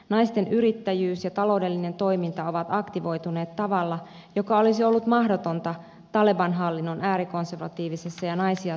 naisten yrittäjyys ja taloudellinen toiminta ovat aktivoituneet tavalla joka olisi ollut mahdotonta taleban hallinnon äärikonservatiivisessa ja naisia syrjivässä yhteisössä